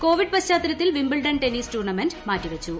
Covid പശ്ചാത്തലത്തിൽ Wimbledon tennis tournament മാറ്റിവച്ചു